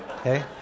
Okay